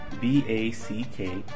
B-A-C-K